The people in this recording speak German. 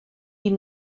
die